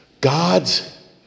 God's